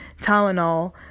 Tylenol